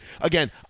again